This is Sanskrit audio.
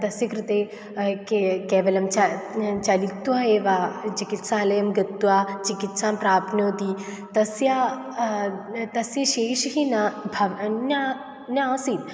तस्य कृते के केवलं च चालयित्वा एव चिकित्सालयं गत्वा चिकित्सां प्राप्नोति तस्य तस्य शेषः न भवति न न आसीत्